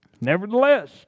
Nevertheless